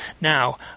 Now